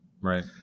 Right